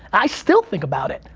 i still think about it.